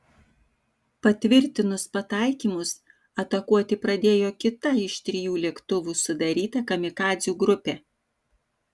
patvirtinus pataikymus atakuoti pradėjo kita iš trijų lėktuvų sudaryta kamikadzių grupė